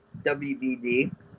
WBD